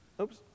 oops